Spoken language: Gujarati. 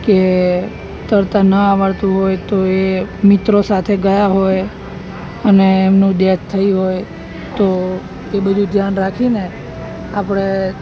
કે તરતાં ના આવડતું હોય તો એ મિત્રો સાથે ગયા હોય અને એમનું ડેથ થયું હોય તો એ બધું ધ્યાન રાખીને આપણે